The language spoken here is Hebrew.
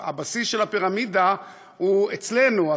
הבסיס של הפירמידה הוא אצלנו,